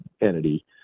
entity